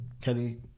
Kelly